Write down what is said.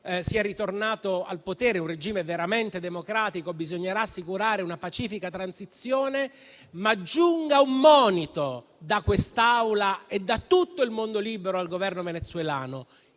sia ritornato al potere, un regime veramente democratico, bisognerà assicurare una pacifica transizione, ma giunga un monito da quest'Aula e da tutto il mondo libero al Governo venezuelano: